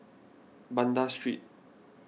Banda Street